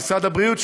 משרד הבריאות,